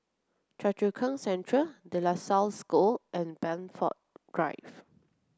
Choa Chu Kang Central De La Salle School and Blandford Drive